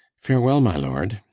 farewell, my lord.